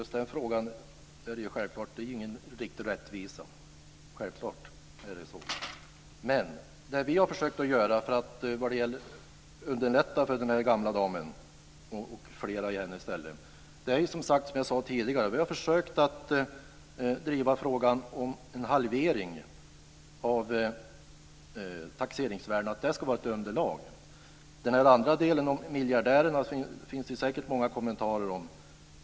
Herr talman! Det är självklart ingen riktig rättvisa. Men det vi har försökt göra för att underlätta för den gamla damen och flera i hennes ställe är, som jag sade tidigare, är att driva frågan om en halvering av taxeringsvärdena, att det skulle vara ett underlag. Den andra frågan om miljardärer finns det säkert många kommentarer om.